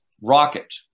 rocket